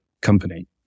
company